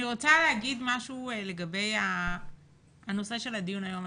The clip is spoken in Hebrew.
אני רוצה לומר משהו לגבי נושא הדיון היום.